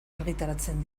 argitaratzen